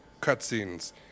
cutscenes